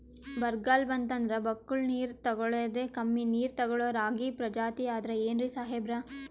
ಬರ್ಗಾಲ್ ಬಂತಂದ್ರ ಬಕ್ಕುಳ ನೀರ್ ತೆಗಳೋದೆ, ಕಮ್ಮಿ ನೀರ್ ತೆಗಳೋ ರಾಗಿ ಪ್ರಜಾತಿ ಆದ್ ಏನ್ರಿ ಸಾಹೇಬ್ರ?